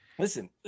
Listen